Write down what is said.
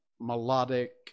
melodic